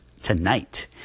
tonight